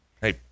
Hey